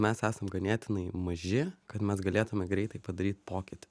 mes esam ganėtinai maži kad mes galėtume greitai padaryt pokytį